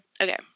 okay